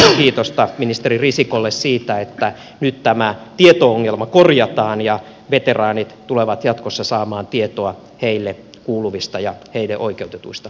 annan kuitenkin lopuksi kiitosta ministeri risikolle siitä että nyt tämä tieto ongelma korjataan ja veteraanit tulevat jatkossa saamaan tietoa heille kuuluvista ja heille oikeutetuista palveluista